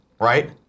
right